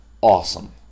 Awesome